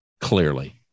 clearly